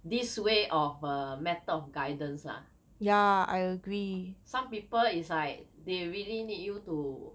this way of err matter of guidance lah some people is like they really need you to